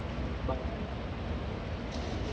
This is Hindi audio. बारह हज़ार